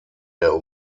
der